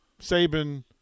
Saban